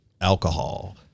alcohol